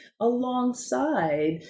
alongside